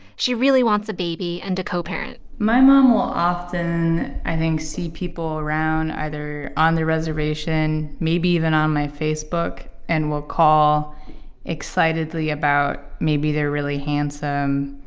she really wants a baby and a co-parent my mom will often, i think, see people around, either on the reservation maybe even on my facebook and will call excitedly about maybe they're really handsome,